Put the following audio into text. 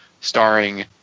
starring